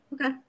Okay